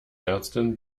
ärztin